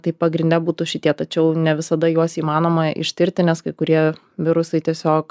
tai pagrinde būtų šitie tačiau ne visada juos įmanoma ištirti nes kai kurie virusai tiesiog